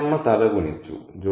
നാണി അമ്മ തല കുനിച്ചു